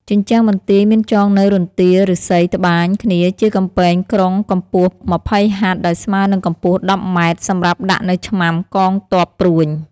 ជញ្ជាំងបន្ទាយមានចងនៅរន្ទាឬស្សីត្បាញគ្នាជាកំពែងក្រុងកម្ពស់ ២០ហត្ថ ដោយស្មើនិងកម្ពស់ ១០ម៉្រែត សម្រាប់ដាក់នៅឆ្មាំកងទ័ពព្រួញ ។